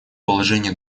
положение